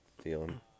Feeling